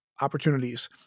opportunities